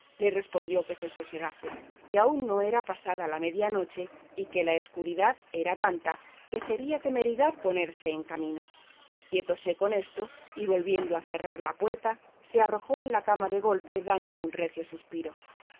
le respondió que se sosegase porque aún no era pasada la media noche y que la escuridad era tanta que sería temeridad ponerse en camino quietóse con esto y volviendo a cerrar la puerta se arrojó en la cama de golpe dando un recio suspiro